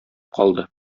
калды